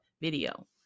video